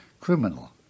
criminal